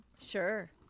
Sure